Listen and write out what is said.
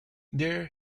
there